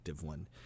one